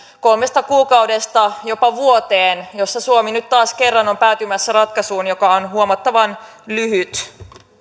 kolmesta kuukaudesta jopa vuoteen ja suomi nyt taas kerran on päätymässä ratkaisuun joka on huomattavan lyhyt